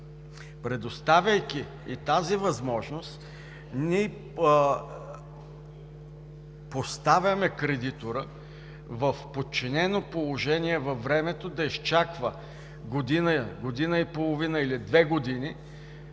Предоставяйки и тази възможност, ние поставяме кредитора в подчинено положение във времето да изчаква година – година и половина, или две години